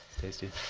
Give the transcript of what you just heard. tasty